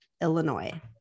Illinois